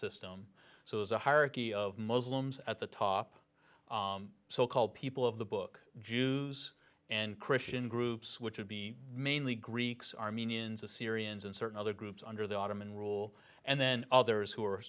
system so there's a hierarchy of muslims at the top so called people of the book jews and christian groups which would be mainly greeks armenians assyrians and certain other groups under the ottoman rule and then others who